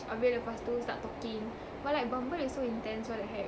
habis lepas tu start talking but like Bumble is so intense what the heck